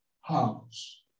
house